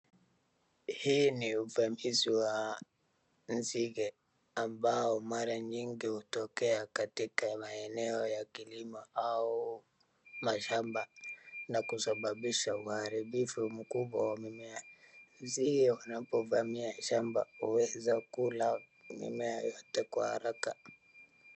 Hii ni uvamizi wa nzige ambao mara nyingi hutokea katika maeneo ya kilimo au mashamba na kusababisha uharibifu mkubwa wa mimea. Nzige wanapovamia shamba huweza kula mimea yote kwa haraka.